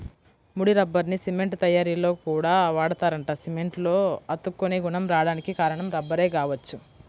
ముడి రబ్బర్ని సిమెంట్ తయ్యారీలో కూడా వాడతారంట, సిమెంట్లో అతుక్కునే గుణం రాడానికి కారణం రబ్బరే గావచ్చు